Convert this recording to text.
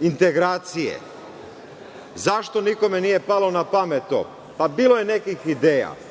integracije. Zašto nikome nije palo na pamet to? Pa bilo je nekih ideja,